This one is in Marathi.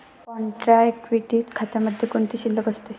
कॉन्ट्रा इक्विटी खात्यामध्ये कोणती शिल्लक असते?